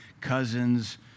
cousins